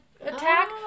attack